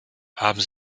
haben